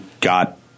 got